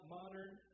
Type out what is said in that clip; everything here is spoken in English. modern